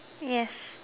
yes